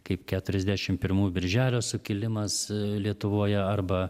kaip keturiasdešimt pirmųjų birželio sukilimas lietuvoje arba